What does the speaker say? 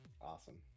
awesome